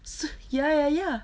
so ya ya ya